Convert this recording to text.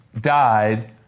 died